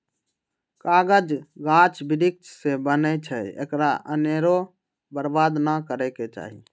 कागज गाछ वृक्ष से बनै छइ एकरा अनेरो बर्बाद नऽ करे के चाहि